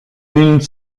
une